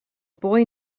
boy